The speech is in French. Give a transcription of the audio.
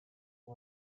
sur